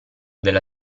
della